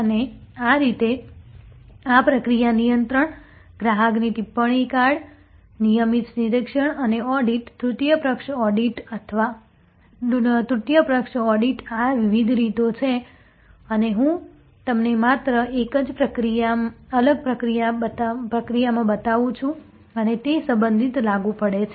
અને આ રીતે આ પ્રક્રિયા નિયંત્રણ ગ્રાહક ટિપ્પણી કાર્ડ નિયમિત નિરીક્ષણ અને ઓડિટ તૃતીય પક્ષ ઓડિટ આ વિવિધ રીતો છે અને હું તમને માત્ર એક અલગ પ્રક્રિયામાં બતાવું છું અને તે સંબંધિત લાગુ પડે છે